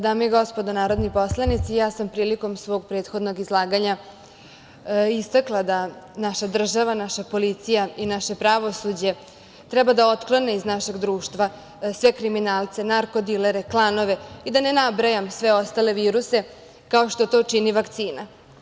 Dame i gospodo narodni poslanici, ja sam prilikom svog prethodnog izlaganja istakla da naša država, naša policija i naše pravosuđe treba da otklone iz našeg društva sve kriminalce, narkodilere, klanove i da ne nabrajam sve ostale viruse kao što to čini vakcina.